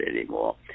anymore